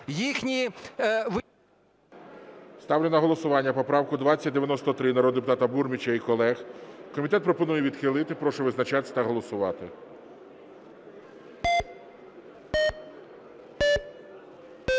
Ставлю на голосування поправку 2114 народного депутата Колтуновича і колег. Комітет пропонує відхилити. Прошу визначатися та голосувати.